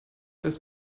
das